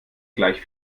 gleich